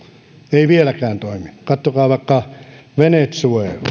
ei vieläkään toimi katsokaa vaikka venezuelaa